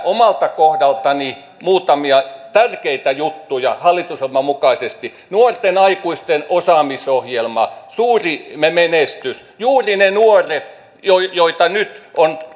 omalta kohdaltani muutamia tärkeitä juttuja hallitusohjelman mukaisesti nuorten aikuisten osaamisohjelma suuri menestys juuri ne nuoret joihin nyt